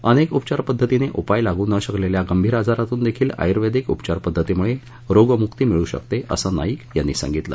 अनेक उपचार पद्धतीने उपाय लागू न शकलेल्या गंभीर आजारांतून देखिल आयुर्वेदिक उपचारपद्धतीमुळे रोगमुक्ती मिळू शकते असं नाईक यांनी सांगितलं